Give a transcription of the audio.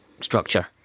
structure